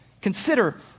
Consider